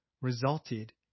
resulted